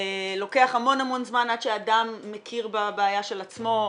לוקח המון זמן עד שאדם מכיר בבעיה של עצמו.